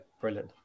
brilliant